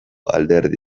alderdi